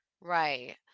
right